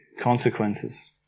consequences